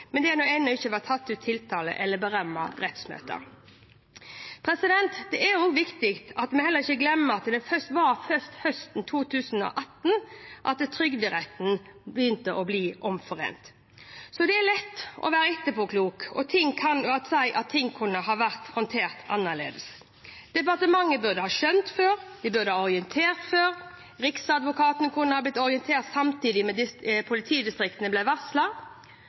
men der det ennå ikke var tatt ut tiltale eller berammet rettsmøter. Det er også viktig at vi heller ikke glemmer at det var først høsten 2018 at Trygderetten begynte å bli omforent. Det er lett å være etterpåklok og si at ting kunne ha vært håndtert annerledes. Departementet burde ha skjønt før, de burde ha orientert før. Riksadvokaten kunne ha blitt orientert samtidig som politidistriktene ble